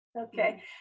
Okay